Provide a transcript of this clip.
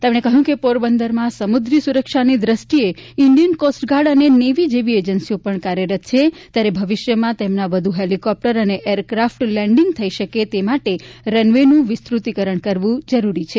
તેમણે કહ્યું કે પોરબંદરમાં સમુક્રી સુરક્ષાની દેષ્ટિએ ઇન્ડિયન કોસ્ટગાર્ડ અને નેવી જેવી એજન્સીઓ પણ કાર્યરત છે ત્યારે ભવિષ્યમાં તેમના વધુ હેલિકોપ્ટર અને એરક્રાફટ લેન્ડિંગ થઈ શકે તે માટે રન વે નું વિસ્તૃતીકરણ કરવું જરૂરી છે